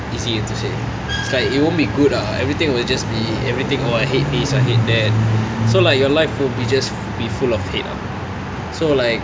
easy to say it's like it won't be good ah everything will just be everything oh I hate this I hate that so like your life would be just be full of hate ah so like